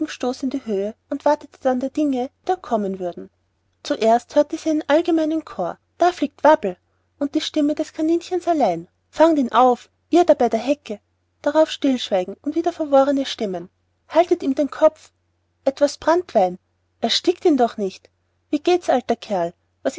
in die höhe und wartete dann der dinge die da kommen würden zuerst hörte sie einen allgemeinen chor da fliegt wabbel dann die stimme des kaninchens allein fangt ihn auf ihr da bei der hecke darauf stillschweigen dann wieder verworrene stimmen haltet ihm den kopf etwas branntwein ersticke ihn doch nicht wie geht's alter kerl was